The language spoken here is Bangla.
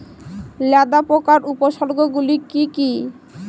লেদা পোকার উপসর্গগুলি কি কি?